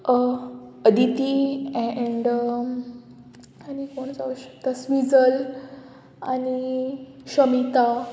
Aditi and आनी कोण जावं शकता स्विजल आनी क्षमिता